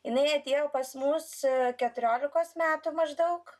jinai atėjo pas mus keturiolikos metų maždaug